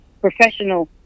professional